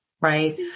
Right